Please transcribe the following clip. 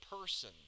person